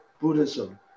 Buddhism